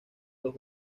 los